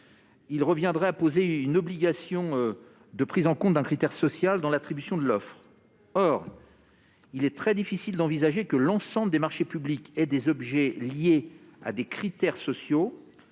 reviendrait à poser une obligation de prise en compte d'un critère social dans l'attribution de l'offre. Or il est très difficile d'envisager que tous les marchés publics soient liés à des critères sociaux.